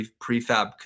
prefab